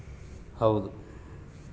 ಕಮಲ, ನೀರಿನ ನೈದಿಲೆಗಳನ್ನ ಭಾರತದಗ ಬೆಳೆಯಲ್ಗತತೆ